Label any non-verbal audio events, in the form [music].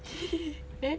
[laughs] then